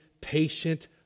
patient